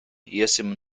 iesim